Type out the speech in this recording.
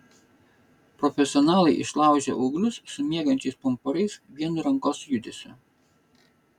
profesionalai išlaužia ūglius su miegančiais pumpurais vienu rankos judesiu